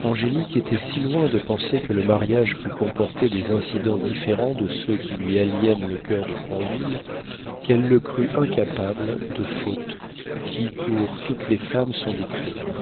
angélique était si loin de penser que le mariage pût comporter des incidents différents de ceux qui lui aliénèrent le coeur de granville qu'elle le crut incapable de fautes qui pour toutes les femmes sont des crimes